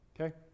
Okay